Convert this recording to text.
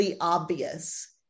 obvious